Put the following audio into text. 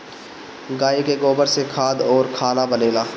गाइ के गोबर से खाद अउरी खाना बनेला